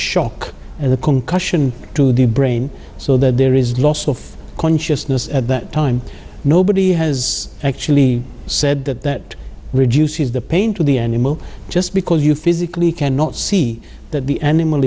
shock and the concussion to the brain so that there is loss of consciousness at that time nobody has actually said that reduces the pain to the animal just because you physically cannot see that the animal